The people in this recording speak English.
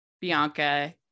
Bianca